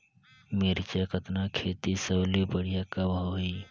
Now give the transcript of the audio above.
मिरचा कतना खेती सबले बढ़िया कब होही?